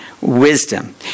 wisdom